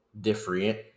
different